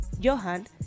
Johan